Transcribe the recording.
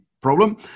problem